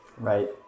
Right